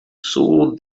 saw